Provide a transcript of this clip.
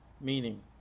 meaning